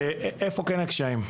איפה הקשיים?